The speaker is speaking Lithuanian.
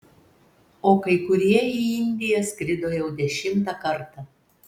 o kai kurie į indiją skrido jau dešimtą kartą